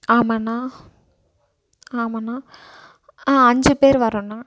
ஆமாண்ணா ஆமாண்ணா அஞ்சு பேர் வரோண்ணா